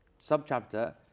Subchapter